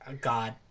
God